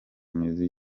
mizi